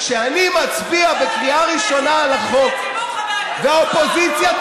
לא, מי שמעסיק אותנו